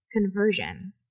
conversion